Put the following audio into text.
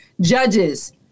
judges